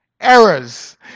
errors